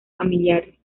familiares